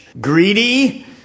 greedy